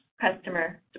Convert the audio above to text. customer